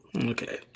Okay